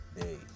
day